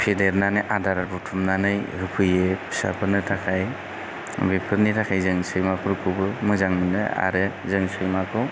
फेदेरनानै आदार बुथुमनानै होफैयो फिसाफोरनो थाखाय बिफोरनि थाखाय जों सैमाफोरखौबो मोजां मोनो आरो जों सैमाखौ